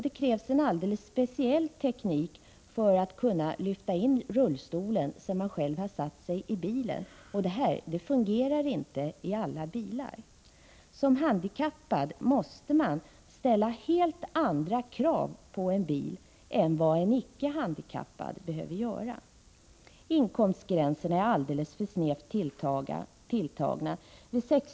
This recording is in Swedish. Det krävs en alldeles speciell teknik för att kunna lyfta in rullstolen sedan man själv har satt sig i bilen, och detta fungerar inte i alla bilar. Som handikappad måste man ställa helt andra krav på en bil än vad en icke-handikappad behöver göra. Inkomstgränserna är alldeles för snävt tilltagna. Vid 60 000 kr.